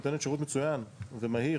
נותנת שירות מצוין ומהיר